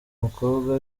mukobwa